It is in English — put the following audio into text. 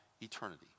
eternity